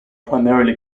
primarily